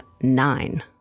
nine